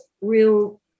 real